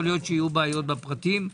יכול להיות שיהיו בעיות בפרטים.